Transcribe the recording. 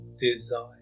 desire